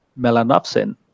melanopsin